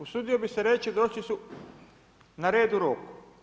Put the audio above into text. Usudio bih se reći, došli su na red u roku.